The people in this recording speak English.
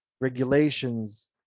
regulations